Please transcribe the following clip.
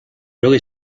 really